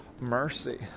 mercy